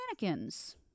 mannequins